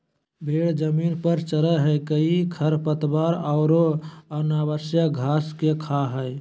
भेड़ जमीन पर चरैय हइ कई खरपतवार औरो अनावश्यक घास के खा हइ